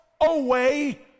away